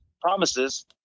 promises